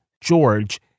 George